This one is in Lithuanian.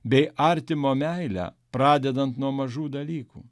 bei artimo meilę pradedant nuo mažų dalykų